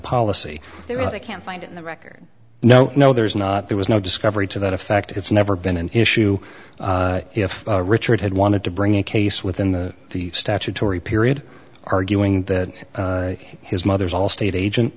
policy they can't find in the record no no there's not there was no discovery to that effect it's never been an issue if richard had wanted to bring a case within the the statutory period arguing that his mother's all state agent